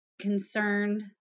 concerned